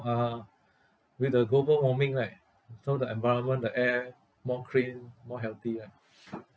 uh with the global warming right so the environment the air more clean more healthy right